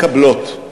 מקבלות.